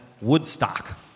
Woodstock